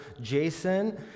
Jason